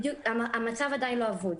המצב עדיין לא אבוד,